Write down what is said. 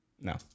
no